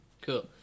Cool